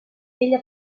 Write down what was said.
ella